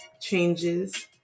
changes